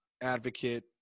advocate